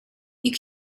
you